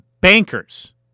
bankers